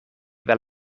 wel